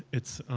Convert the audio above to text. it's